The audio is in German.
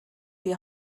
die